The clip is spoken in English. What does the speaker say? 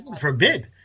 Forbid